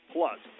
Plus